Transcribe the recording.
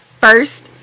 first